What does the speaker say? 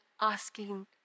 asking